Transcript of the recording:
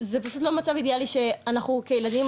זה פשוט לא מצב אידיאלי שאנחנו כילדים